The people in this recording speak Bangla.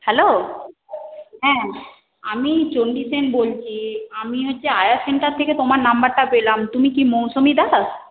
হ্যালো হ্যাঁ আমি চণ্ডী সেন বলছি আমি হচ্ছে আয়া সেন্টার থেকে তোমার নম্বরটা পেলাম তুমি কি মৌসুমি দাস